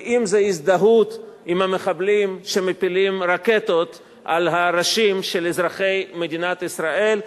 ואם הזדהות עם המחבלים שמפילים רקטות על הראשים של אזרחי מדינת ישראל,